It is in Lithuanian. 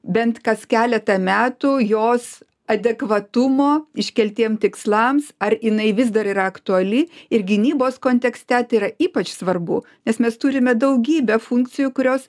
bent kas keletą metų jos adekvatumo iškeltiem tikslams ar jinai vis dar yra aktuali ir gynybos kontekste tai yra ypač svarbu nes mes turime daugybę funkcijų kurios